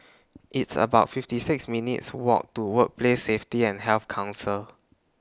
It's about fifty six minutes' Walk to Workplace Safety and Health Council